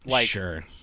Sure